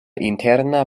interna